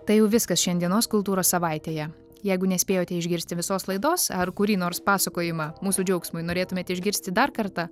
tai jau viskas šiandienos kultūros savaitėje jeigu nespėjote išgirsti visos laidos ar kurį nors pasakojimą mūsų džiaugsmui norėtumėt išgirsti dar kartą